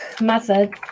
method